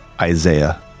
Isaiah